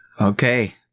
Okay